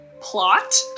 plot